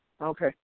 Okay